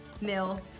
Mill